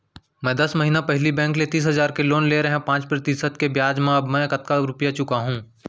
मैं दस महिना पहिली बैंक ले तीस हजार के लोन ले रहेंव पाँच प्रतिशत के ब्याज म अब मैं कतका रुपिया चुका हूँ?